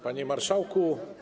Panie Marszałku!